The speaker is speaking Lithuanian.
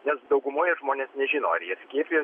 nes daugumoje žmonės nežino ar jie skiepijos